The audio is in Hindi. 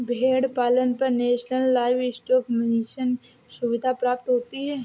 भेड़ पालन पर नेशनल लाइवस्टोक मिशन सुविधा प्राप्त होती है